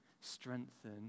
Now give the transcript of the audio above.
strengthen